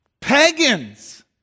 pagans